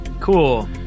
Cool